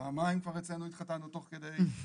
פעמיים כבר אצלנו התחתנו תוך כדי.